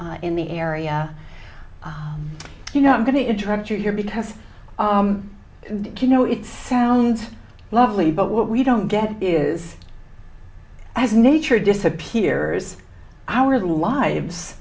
begun in the area you know i'm going to interrupt you here because you know it sounds lovely but what we don't get is as nature disappears our lives